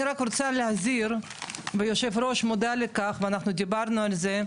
אני רק רוצה להזהיר ויושב ראש מודע לכך ואנחנו דיברנו על זה,